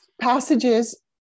passages